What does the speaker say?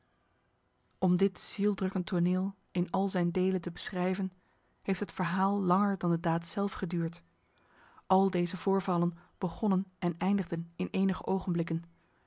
om dit zieldrukkend toneel in al zijn delen te beschrijven heeft het verhaal langer dan de daad zelf geduurd al deze voorvallen begonnen en eindigden in enige ogenblikken